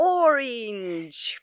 orange